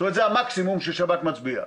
זה המקסימום ששב"כ מצביע עליהם.